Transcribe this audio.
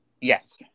Yes